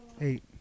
eight